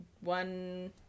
one